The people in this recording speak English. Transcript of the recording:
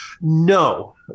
no